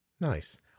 Nice